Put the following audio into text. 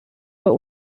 but